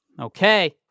Okay